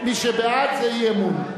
מי שבעד, זה אי-אמון.